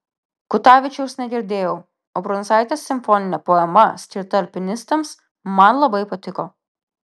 kutavičiaus negirdėjau o brundzaitės simfoninė poema skirta alpinistams man labai patiko